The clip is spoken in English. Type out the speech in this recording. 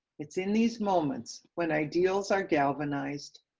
it's in these moments when ideals are galvanized,